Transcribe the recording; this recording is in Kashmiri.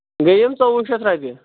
گٔے یِم ژوٚوُہ شَتھ رۄپییہِ